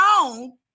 own